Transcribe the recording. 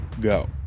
go